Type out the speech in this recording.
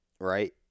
Right